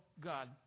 God